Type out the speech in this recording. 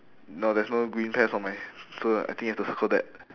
no there's no green pears on my so I think you have to circle that